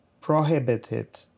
prohibited